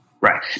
Right